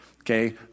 okay